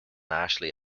ashley